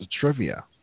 trivia